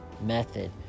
method